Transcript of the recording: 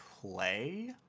play